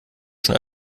schon